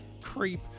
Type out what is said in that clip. creep